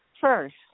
First